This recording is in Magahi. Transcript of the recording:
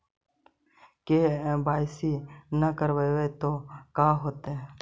के.वाई.सी न करवाई तो का हाओतै?